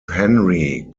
henry